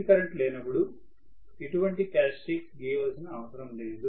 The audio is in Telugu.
ఫీల్డ్ కరెంట్ లేనప్పుడు ఎటువంటి క్యారెక్టర్స్టిక్స్ గీయవలసిన అవసరం లేదు